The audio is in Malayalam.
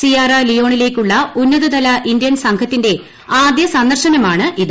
സിയാറാ ലിയോണിലേക്കുള്ള ഉ്സ്ഥത്ല ഇന്ത്യൻ സംഘത്തിന്റെ ആദ്യ സന്ദർശനമാണ് ഇത്